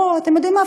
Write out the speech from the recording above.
או אתם יודעים מה,